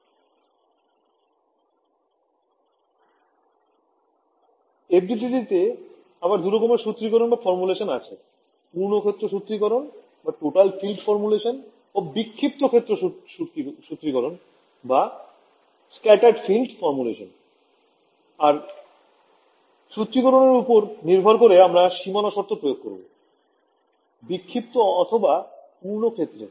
FDTD তে আবার দুরকম সুত্রী করণ আছে পূর্ণ ক্ষেত্র সুত্রী করণ ও বিক্ষিপ্ত ক্ষেত্র সুত্রী করণ আর সুত্রী করণ এর ওপর নির্ভর করে আমরা সীমানা শর্ত প্রয়োগ করবো বিক্ষিপ্ত অথবা পূর্ণ ক্ষেত্র এ